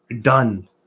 done